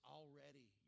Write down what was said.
already